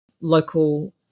local